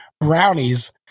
brownies